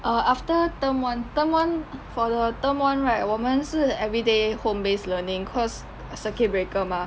err after term one term one for the term one right 我们是 everyday home based learning cause circuit breaker mah